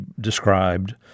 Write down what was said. described